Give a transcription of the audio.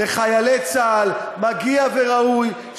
היום כולם יודעים מי הרב הראשי הבא של צה"ל,